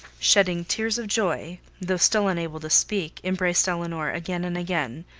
shedding tears of joy, though still unable to speak, embraced elinor again and again,